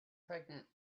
pregnant